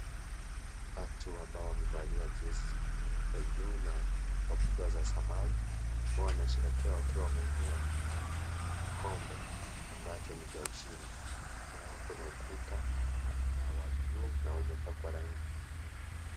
Watu ambao wamevalia jezi nyeupe juu na kaptura za samawi wao wanasherehekea wakiwa wameinua kikombe ambacho nicha ushindi, nyuma yao kuna ukuta na wa vioo na umepakwa rangi.